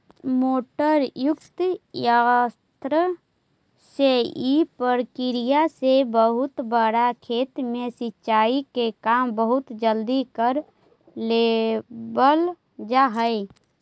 motor युक्त यन्त्र से इ प्रक्रिया से बहुत बड़ा खेत में सिंचाई के काम बहुत जल्दी कर लेवल जा हइ